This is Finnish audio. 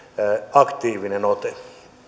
aktiivinen ote